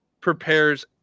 prepares